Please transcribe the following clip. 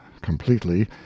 completely